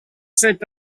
cet